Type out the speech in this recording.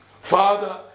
father